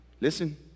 listen